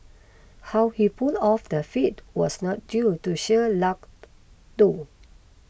how he pulled off the feat was not due to sheer luck though